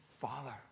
Father